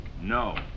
No